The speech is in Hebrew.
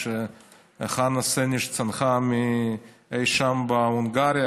כשחנה סנש צנחה אי שם בהונגריה,